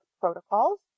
protocols